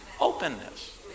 openness